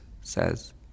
says